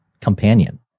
companion